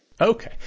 Okay